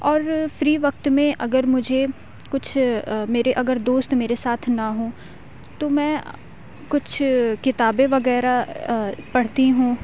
اور فری وقت میں اگر مجھے کچھ میرے اگر دوست میرے ساتھ نہ ہوں تو میں کچھ کتابیں وغیرہ پڑھتی ہوں